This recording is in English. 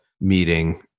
meeting